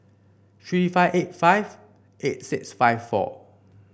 three five eight five eight six five four